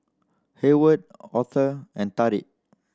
Hayward Otho and Tarik